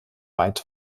weit